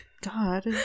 God